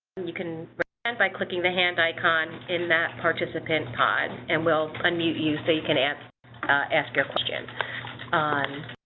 and you can run and by clicking the hand icon in that participant pod and we'll unmute you, so you can ask ask your questions on.